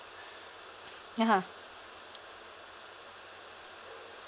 (uh huh)